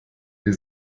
wir